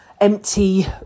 empty